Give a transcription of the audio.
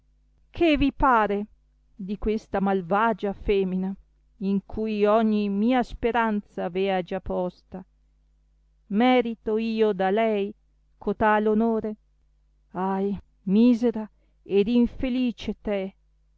che vi pare di questa malvagia femina in cui ogni mia speranza avea già posta merito io da lei cotal onore ahi misera ed infelice te